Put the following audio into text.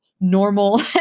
normal